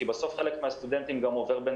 כי בסוף חלק מהסטודנטים גם עובר בין